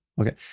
Okay